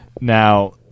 now